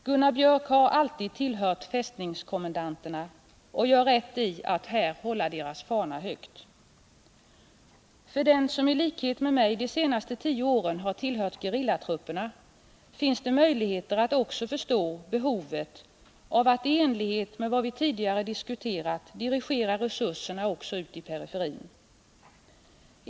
Gunnar Biörck har alltid tillhört fästningskommendanterna och gör rätt i att här hålla deras fana högt. För den som i likhet med mig de senaste tio åren har tillhört gerillatrupperna finns det möjligheter att också förstå behoven av att i enlighet med vad vi tidigare diskuterat dirigera resurserna också ut i periferin.